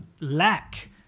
lack